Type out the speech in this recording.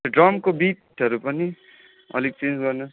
त्यो ड्रमको बिटहरू पनि अलिक चेन्ज गर्नू